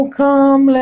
come